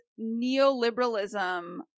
neoliberalism